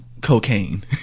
cocaine